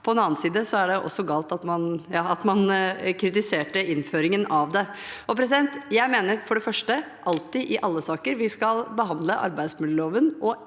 på den andre siden er det også galt at man kritiserte innføringen av det. Jeg mener for det første at vi alltid, i alle saker, skal behandle arbeidsmiljøloven og